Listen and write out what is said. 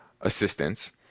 assistance